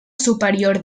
superior